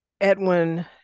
Edwin